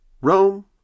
Rome